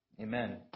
Amen